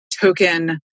token